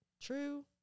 true